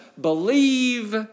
Believe